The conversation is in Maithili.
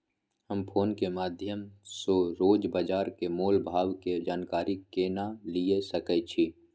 हम फोन के माध्यम सो रोज बाजार के मोल भाव के जानकारी केना लिए सके छी?